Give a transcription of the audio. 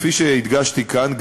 כפי שהדגשתי כאן,